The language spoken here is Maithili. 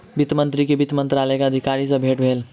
वित्त मंत्री के वित्त मंत्रालय के अधिकारी सॅ भेट भेल